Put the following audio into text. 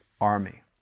army